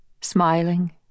smiling